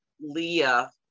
Leah